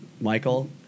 Michael